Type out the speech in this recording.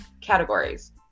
categories